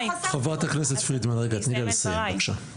חברת הכנסת פרידמן, רגע, תני לה לסיים, בבקשה.